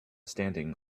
standing